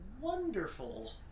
wonderful